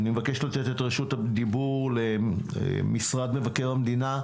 אני מבקש לתת את רשות הדיבור למשרד מבקר המדינה,